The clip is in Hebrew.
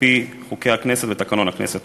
על-פי חוקי הכנסת ותקנון הכנסת.